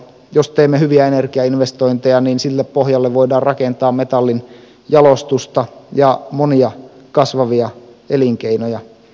jos teemme hyviä energiainvestointeja niin sille pohjalle voidaan rakentaa metallinjalostusta ja monia kasvavia elinkeinoja